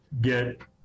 get